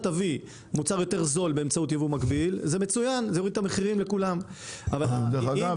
דרך אגב,